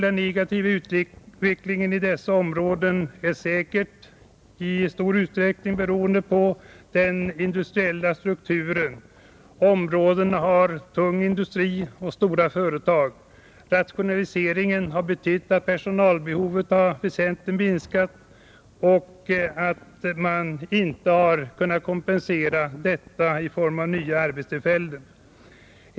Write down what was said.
Den negativa utvecklingen i dessa områden är säkert i stor utsträckning beroende på den industriella strukturen. Områdena har tung industri och stora företag, Rationaliseringen har betytt att personalbehovet har väsentligt minskat och att man inte har kunnat kompensera detta i form av nya arbetstillfällen.